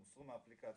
הם הוסרו מהאפליקציה.